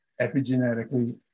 epigenetically